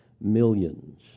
millions